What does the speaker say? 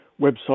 website